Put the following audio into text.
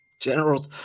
General